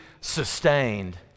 sustained